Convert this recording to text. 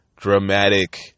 Dramatic